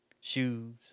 shoes